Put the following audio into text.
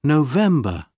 November